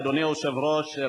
אדוני היושב-ראש.